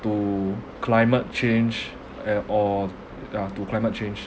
to climate change eh or uh to climate change